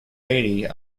lady